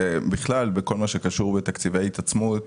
ובכלל בכל מה שקשור בתקציבי ההתעצמות,